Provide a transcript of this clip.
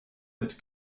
mit